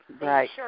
Right